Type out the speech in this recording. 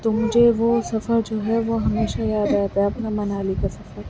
تو مجھے وہ سفر جو ہے وہ ہمیشہ یاد آتا ہے اپنا منالی کا سفر